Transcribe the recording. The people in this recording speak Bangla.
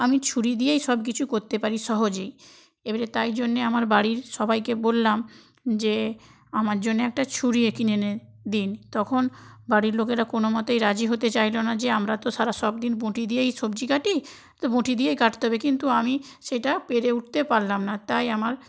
আমি ছুরি দিয়েই সবকিছু করতে পারি সহজেই এবারে তাই জন্যে আমার বাড়ির সবাইকে বললাম যে আমার জন্যে একটা ছুরি এ কিনে এনে দিন তখন বাড়ির লোকেরা কোনোমতেই রাজি হতে চাইলো না যে আমরা তো সারা সব দিন বঁটি দিয়েই সবজি কাটি তো বঁটি দিয়েই কাটতে হবে কিন্তু আমি সেইটা পেরে উঠতে পারলাম না তাই আমার